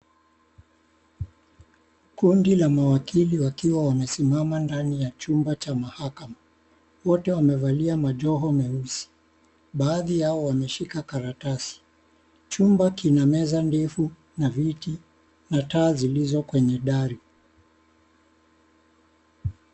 Kundi la mawakili wakiwa wamesimama ndani ya chumba cha mahakama. Wote wamevalia majoho meusi. Baadhi yao wameshika karatasi. Chumba kina meza ndefu na viti na taa zilizo kwenye dari.